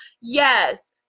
Yes